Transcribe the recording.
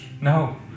No